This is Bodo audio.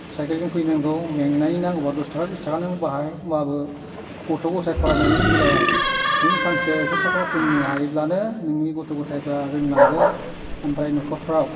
साइकेलजों फैनांगौ मेंनायनि नांगौब्ला दस थाखा बिस थाखानि बाहाय होमब्लाबो गथ' गथायनि फरायनायनि बेलायाव नों सानसेयाव एकस' थाखा दोननो हायोब्लानो नोंनि गथ' गथायफ्रा रोंलांगोन ओमफ्राय न'खरफ्राव